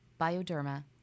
Bioderma